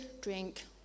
drink